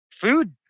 food